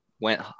went